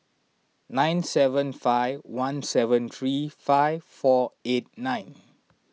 nine seven five one seven three five four eight nine